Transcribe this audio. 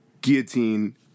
guillotine